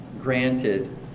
granted